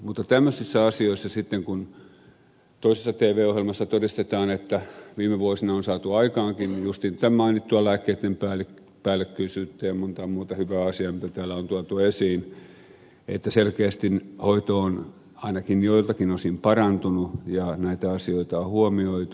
mutta tämmöisissä asioissa sitten toisessa tv ohjelmassa todistetaan että viime vuosina on saatu aikaankin justiin tätä mainittua lääkkeitten päällekkäisyyden vähentämistä ja montaa muuta hyvää asiaa mitä täällä on tuotu esiin niin että selkeästi hoito on ainakin joiltakin osin parantunut ja näitä asioita on huomioitu